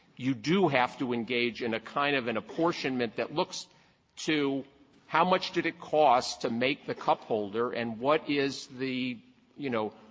you do have to engage in a kind of an apportionment that looks to how much did it cost to make the cup-holder and what is the you know,